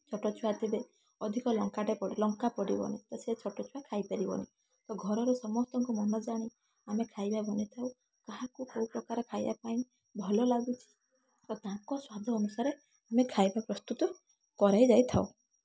ଛୋଟ ଛୁଆ ଥିବେ ଅଧିକ ଲଙ୍କାଟେ ଲଙ୍କା ପଡ଼ିବନି ସେ ଛୋଟ ଛୁଆ ଖାଇପାରିବନି ତ ଘରର ସମସ୍ତଙ୍କ ମନ ଜାଣି ଆମେ ଖାଇବା ବନାଇଥାଉ କାହାକୁ କେଉଁପ୍ରକାର ଖାଇବା ପାଇଁ ଭଲ ଲାଗୁଛି ବା ତାଙ୍କ ସ୍ୱାଦ ଅନୁସାରେ ଆମେ ଖାଇବା ପ୍ରସ୍ତୁତ କରାଯାଇଥାଉ